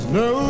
no